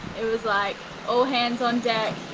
it was like all hands on deck,